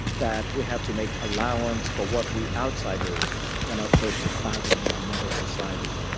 that we have to make allowance for what we outsiders cannot hope to fathom in another society.